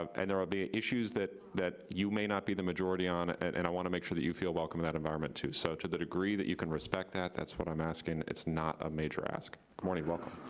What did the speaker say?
um and there are issues that that you may not be the majority on and and i wanna make sure that you feel welcome in that environment, too, so to the degree that you can respect that, that's what i'm asking. it's not a major ask. good morning, welcome.